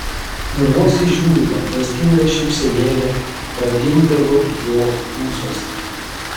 ir vos įžiūrima klastinga šypsenėlė pradingdavo jo ūsuose